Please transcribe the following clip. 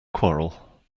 quarrel